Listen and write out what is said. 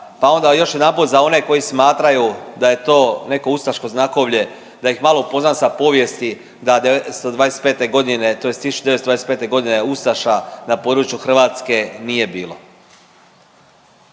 pa onda još jedanput za one koji smatraju da je to neko ustaško znakovlje, da ih malo upoznam sa povijesti da 925. godine, tj. 1925. godine ustaša na području Hrvatske nije bilo.